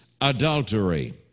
adultery